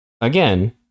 Again